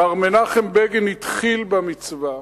מר מנחם בגין התחיל במצווה,